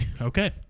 Okay